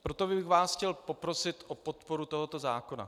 Proto bych vás chtěl poprosit o podporu tohoto zákona.